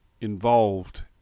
involved